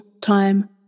time